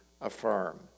affirm